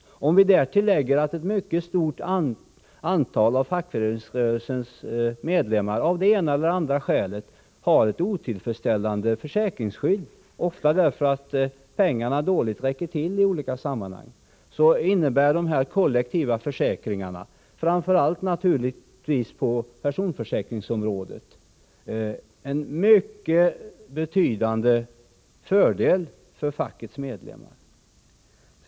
Vi kan därtill lägga att för ett mycket stort antal fackföreningsmedlemmar, som av ett eller annat skäl har ett otillfredsställande försäkringsskydd — ofta på grund av att pengarna räcker dåligt till — innebär de kollektiva försäkringarna en mycket betydande fördel, framför allt naturligtvis på personförsäkringsområdet.